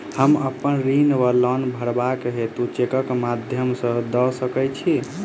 हम अप्पन ऋण वा लोन भरबाक हेतु चेकक माध्यम सँ दऽ सकै छी?